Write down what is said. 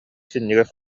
синньигэс